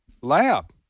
lab